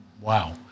wow